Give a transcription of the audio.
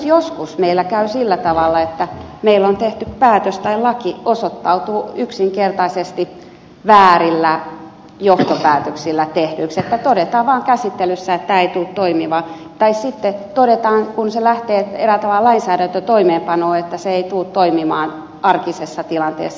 joskus meillä käy myös sillä tavalla että meillä tehty päätös tai laki osoittautuu yksinkertaisesti väärillä johtopäätöksillä tehdyksi ja että todetaan vaan käsittelyssä että tämä ei tule toimimaan tai sitten todetaan kun se lähtee eräällä tavalla lainsäädäntötoimeenpanoon että se ei tule toimimaan arkisessa tilanteessa